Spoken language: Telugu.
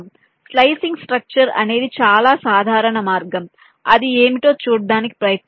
స్లైసింగ్ స్ట్రక్చర్ అనేది చాలా సాధారణ మార్గం అది ఏమిటో చూడటానికి ప్రయత్నిద్దాం